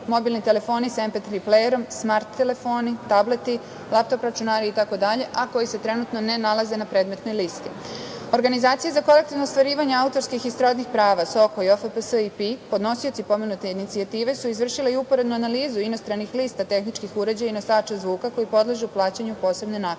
mobilni telefoni sa MP3 plejerom, smart telefoni, tableti, lap-top računari, itd, a koji se trenutno ne nalaze na predmetnoj listi. Organizacija za kolektivno ostvarivanje autorskih i srodnih prava, SOKOJ, OFPS i PI, podnosioci pomenute inicijative, su izvršili i uporednu analizu inostranih lista tehničkih uređaja i nosača zvuka koji podležu plaćanju posebne naknade. Tom